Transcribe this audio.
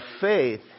faith